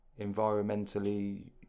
environmentally